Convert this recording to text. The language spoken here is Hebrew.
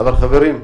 חברים,